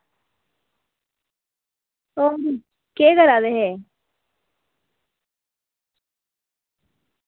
ओह् हून केह् करा दे हे